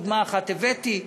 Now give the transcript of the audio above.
דוגמה אחת הבאתי,